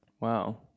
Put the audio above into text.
Wow